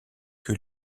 que